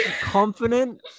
confident